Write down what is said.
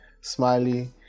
Smiley